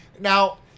now